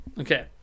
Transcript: Okay